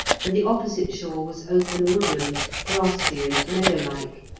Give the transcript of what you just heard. and the opposite shore was open woodland, grassy and meadow-like,